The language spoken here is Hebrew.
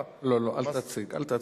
לא, לא, אל תציג, אל תציג.